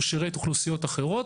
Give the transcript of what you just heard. הוא שירת אוכלוסיות אחרות.